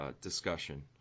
discussion